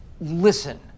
listen